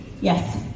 Yes